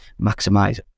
maximize